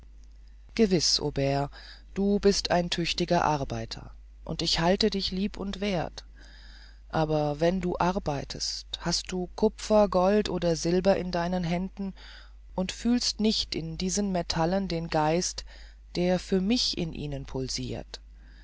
gewiß aubert du bist ein tüchtiger arbeiter und ich halte dich lieb und werth aber wenn du arbeitest hast du kupfer gold oder silber in deinen händen und fühlst nicht in diesen metallen den geist der für mich in ihnen pulsirt